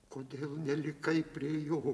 kodėl nelikai prie jo